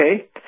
okay